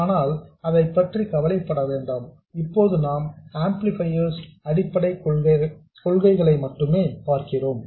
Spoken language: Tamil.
ஆனால் அதைப்பற்றி கவலைப்பட வேண்டாம் இப்போது நாம் ஆம்ப்ளிபையர்ஸ் அடிப்படை கொள்கைகளை மட்டுமே பார்க்கிறோம்